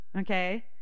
okay